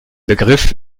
begriff